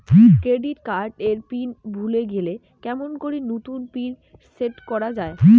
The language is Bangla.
ক্রেডিট কার্ড এর পিন ভুলে গেলে কেমন করি নতুন পিন সেট করা য়ায়?